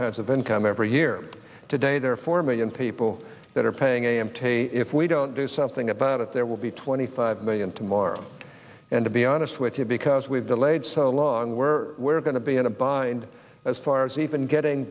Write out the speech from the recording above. kinds of income every year today there are four million people that are paying a m t if we don't do something about it there will be twenty five million tomorrow and to be honest with you because we've delayed so long we're going to be in a bind as far as even getting